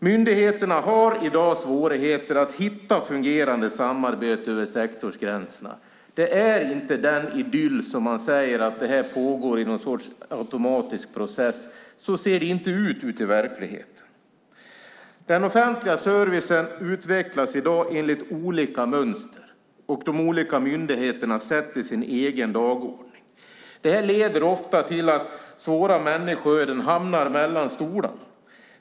Myndigheterna har i dag svårigheter att hitta fungerande samarbete över sektorsgränserna. Det är inte den idyll som man säger, att det här skulle pågå i någon sorts automatisk process. Så ser det inte ut ute i verkligheten. Den offentliga servicen utvecklas i dag enligt olika mönster. De olika myndigheterna sätter sin egen dagordning. Det här leder ofta till att svåra människoöden hamnar mellan stolarna.